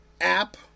app